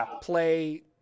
play